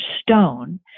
Stone